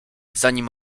zanim